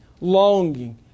longing